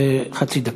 חצי דקה.